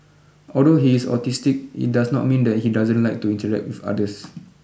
although he is autistic it does not mean that he doesn't like to interact with others